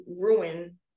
ruin